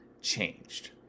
changed